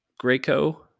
Graco